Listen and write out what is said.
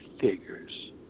figures